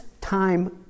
time